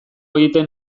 egiten